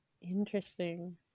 Interesting